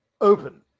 open